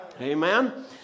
Amen